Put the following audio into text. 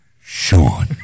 Sean